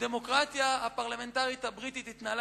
הדמוקרטיה הפרלמנטרית הבריטית התנהלה